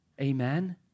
Amen